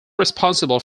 responsible